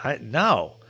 No